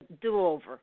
do-over